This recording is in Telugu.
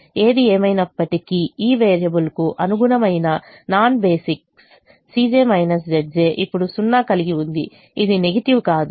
ఏది ఏమయినప్పటికీ ఈ వేరియబుల్కు అనుగుణమైన నాన్ బేసిక్స్ ఇప్పుడు 0 కలిగి ఉంది ఇది నెగెటివ్ కాదు